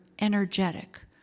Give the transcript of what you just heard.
energetic